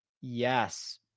Yes